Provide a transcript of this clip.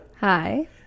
Hi